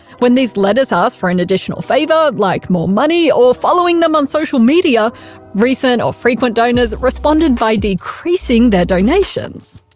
when these letters asked for an additional favour like more money, or following them on social media recent or frequent donors responded by decreasing their donations.